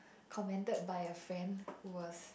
commented by a friend who was